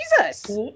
Jesus